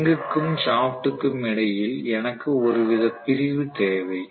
ரிங்குக்கும் shaft க்கும் இடையில் எனக்கு ஒருவித பிரிவு தேவை